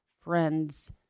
Friends